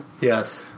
yes